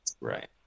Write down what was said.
Right